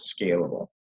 scalable